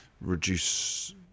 reduce